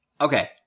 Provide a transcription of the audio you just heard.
Okay